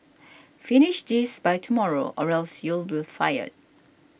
finish this by tomorrow or else you'll be fired